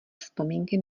vzpomínky